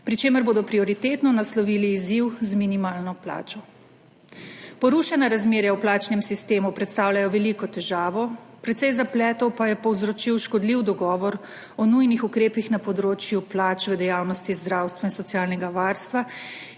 pri čemer bodo prioritetno naslovili izziv z minimalno plačo. Porušena razmerja v plačnem sistemu predstavljajo veliko težavo, precej zapletov pa je povzročil škodljiv dogovor o nujnih ukrepih na področju plač v dejavnosti zdravstva in socialnega varstva,